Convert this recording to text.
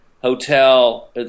hotel